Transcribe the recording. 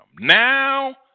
Now